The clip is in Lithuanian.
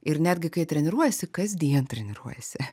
ir netgi kai jie treniruojasi kasdien treniruojasi